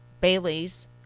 Bailey's